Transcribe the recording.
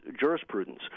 jurisprudence